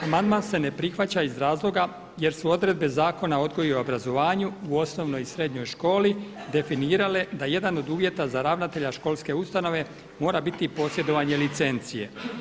Amandman se ne prihvaća iz razloga jer su odredbe Zakona o odgoju i obrazovanju u osnovnoj i srednjoj školi definirale da jedan od uvjeta za ravnatelja školske ustanove mora biti i posjedovanje licencije.